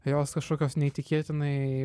jos kašokios neįtikėtinai